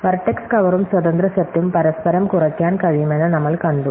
vertex കവറും സ്വതന്ത്ര സെറ്റും പരസ്പരം കുറയ്ക്കാൻ കഴിയുമെന്ന് നമ്മൾ കണ്ടു